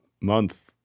month